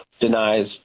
denies